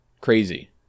Crazy